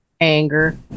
anger